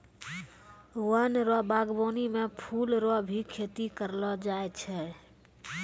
वन रो वागबानी मे फूल रो भी खेती करलो जाय छै